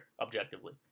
objectively